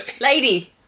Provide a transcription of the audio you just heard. Lady